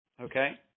Okay